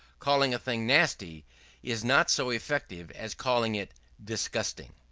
calling a thing nasty is not so effective as calling it disgusting.